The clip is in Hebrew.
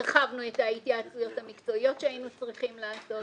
הרחבנו את ההתייעצויות המקצועיות שהיינו צריכים לעשות.